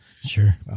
Sure